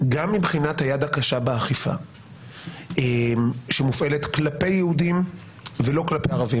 גם מבחינת היד הקשה באכיפה שמופעלת כלפי יהודים ולא כלפי ערבים,